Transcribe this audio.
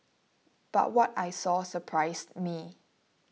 but what I saw surprised me